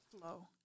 flow